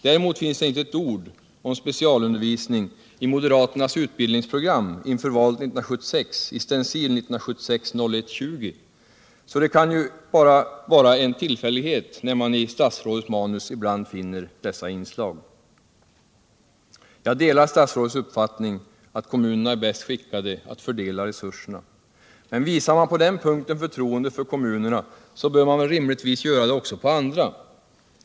Däremot finns det inte ett ord om specialundervisning i moderaternas utbildningsprogram inför valet 1976 , så det kan ju vara bara en tillfällighet att man i statsrådets manus ibland finner sådana inslag. Jag delar statsrådets uppfattning att kommunerna är bäst skickade att fördela resurserna. Men visar man på den punkten förtroende för kommunerna, så bör man väl rimligtvis göra det också på andra punkter.